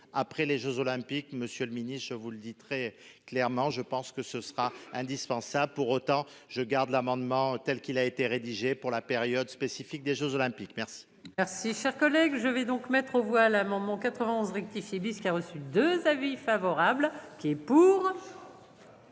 après les Jeux olympiques, Monsieur le Ministre, je vous le dis très clairement, je pense que ce sera indispensable pour autant, je garde l'amendement telle qu'il a été rédigé pour la période spécifique des Jeux olympiques. Merci. Merci, chers collègues, je vais donc mettre aux voix l'amendement 91 rectifié qui a reçu 2 avis favorable qui est pour.